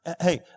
Hey